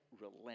relent